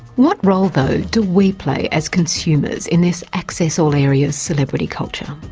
what role, though do we play as consumers in this access-all-areas celebrity culture?